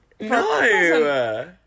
no